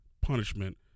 punishment